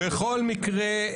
בכל מקרה,